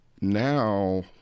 Now